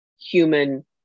human